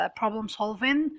problem-solving